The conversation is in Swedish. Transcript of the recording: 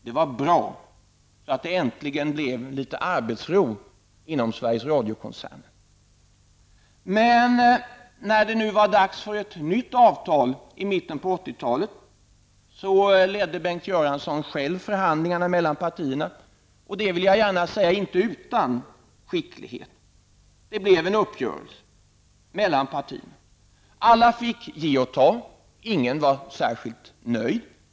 Det var bra så att det äntligen blev litet arbetsro inom Sveriges Radio-koncernen. Men när det nu var dags för ett nytt avtal i mitten av 80-talet ledde Bengt Göransson själv förhandlingarna mellan partierna -- och, det vill jag gärna säga, inte utan skicklighet. Det blev en uppgörelse mellan partierna. Alla fick ge och ta, ingen var särskilt nöjd.